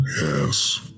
Yes